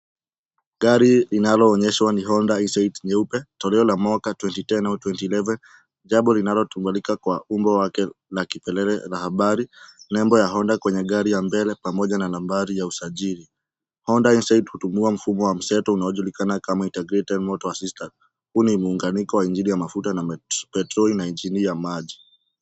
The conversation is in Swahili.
Gari linaloonyeshwa ni honda insight nyeupe toyota Ia mwaka 2010 au 2011 Jambo Linalotumanika kwa umbo lake na habari nembo La honda na nambari ya Mbele pamoja na nambari ya usajili. Honda insight hutumia mundo wa mseto unajulikana kama intergrated Motor assistant huu ni muunganiko wa injini ya mafuta na petroli na injini ya Maji .